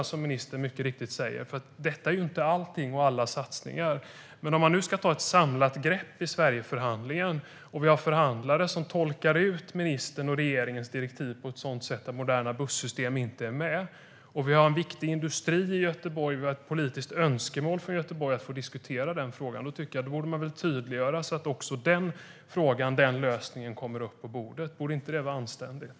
Som ministern mycket riktigt säger är ju inte detta allting och alla satsningar. Sverigeförhandlingen ska nu ta ett samlat grepp, och förhandlarna tolkar ministerns och regeringens direktiv på ett sådant sätt att moderna bussystem inte ingår. Det finns en viktig industri i Göteborg och ett politiskt önskemål om att få diskutera den frågan. Då borde man väl tydliggöra så att den frågan kan diskuteras och komma upp på bordet. Borde inte det vara anständigt?